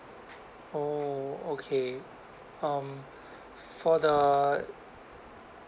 oh okay um for the